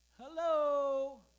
hello